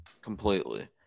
completely